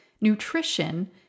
nutrition